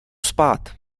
spát